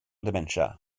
dementia